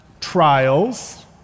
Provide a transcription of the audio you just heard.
trials